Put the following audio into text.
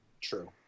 True